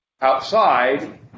Outside